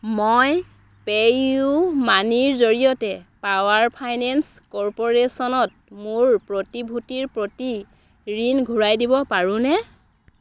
মই PayU মানিৰ জৰিয়তে পাৱাৰ ফাইনেন্স কৰ্প'ৰেশ্যনত মোৰ প্ৰতিভূতিৰ প্ৰতি ঋণ ঘূৰাই দিব পাৰোঁনে